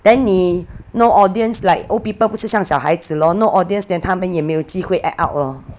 then 你 no audience like old people 不是像小孩子 lor no audience then 他们也没有机会 act out lor